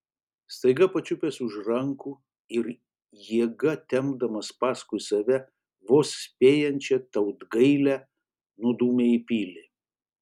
staiga pačiupęs už rankų ir jėga tempdamas paskui save vos spėjančią tautgailę nudūmė į pilį